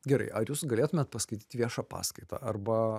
gerai ar jūs galėtumėt paskaityti viešą paskaitą arba